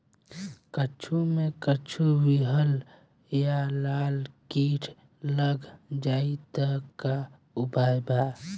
कद्दू मे कद्दू विहल या लाल कीट लग जाइ त का उपाय बा?